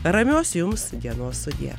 ramios jums dienos sudie